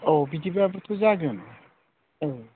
औ बिदिब्लाबोथ' जागोन औ